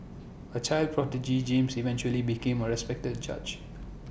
A child prodigy James eventually became A respected judge